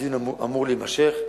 הדיון אמור להימשך.